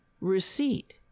receipt